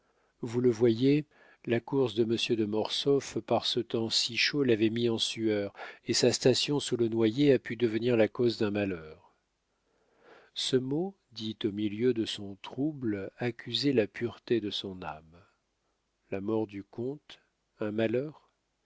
vous le voyez la course de monsieur de mortsauf par ce temps si chaud l'avait mis en sueur et sa station sous le noyer a pu devenir la cause d'un malheur ce mot dit au milieu de son trouble accusait la pureté de son âme la mort du comte un malheur